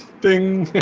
thing